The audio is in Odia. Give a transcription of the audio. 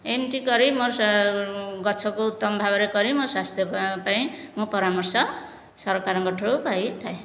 ଏମିତି କରି ମୋ ସ ଗଛକୁ ଉତ୍ତମ ଭାବରେ କରି ମୋ ସ୍ୱାସ୍ଥ୍ୟ ପାଇଁ ମୁଁ ପରାମର୍ଶ ସରକାରଙ୍କ ଠୁ ପାଇଥାଏ